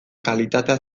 kalitatea